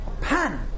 pan